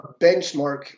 benchmark